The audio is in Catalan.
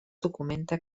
documenta